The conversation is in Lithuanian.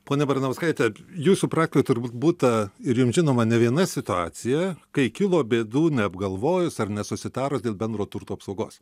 ponia baranauskaite jūsų praktikoje turbūt būta ir jums žinoma ne viena situacija kai kilo bėdų neapgalvojus ar nesusitarus dėl bendro turto apsaugos